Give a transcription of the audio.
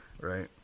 Right